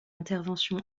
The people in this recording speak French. intervention